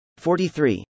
43